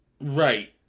Right